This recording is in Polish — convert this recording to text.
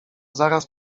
zaraz